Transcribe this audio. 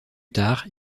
tard